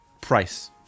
price